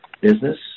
business